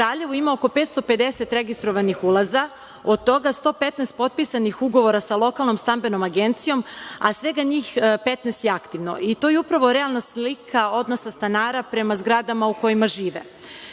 Kraljevu ima oko 550 registrovanih ulaza, od toga 115 potpisanih ugovora sa lokalnom stambenom agencijom, a svega njih 15 je aktivno. To je upravo realna slika odnosa stanara prema zgradama u kojima